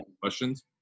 questions